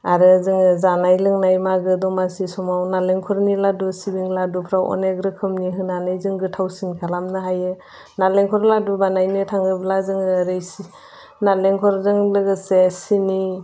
आरो जोङो जानाय लोंनाय मागो दमासि समाव नारेंखलनि लाड्डु सिबिं लाड्डुफोरखौ अनेक रोखोमनि होनानै जों गोथावसिन खालामनो हायो नारेंखल लाडु बानायनो थाङोब्ला जोङो ओरै नारेंखलजों लोगोसे सिनि